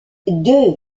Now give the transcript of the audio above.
deux